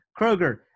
Kroger